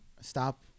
stop